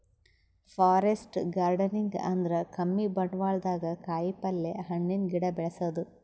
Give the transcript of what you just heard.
forest gardening ಅಂದ್ರ ಕಮ್ಮಿ ಬಂಡ್ವಾಳ್ದಾಗ್ ಕಾಯಿಪಲ್ಯ, ಹಣ್ಣಿನ್ ಗಿಡ ಬೆಳಸದು